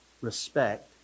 respect